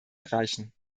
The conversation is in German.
erreichen